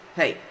hey